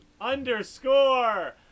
underscore